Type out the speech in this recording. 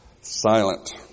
silent